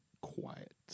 quiet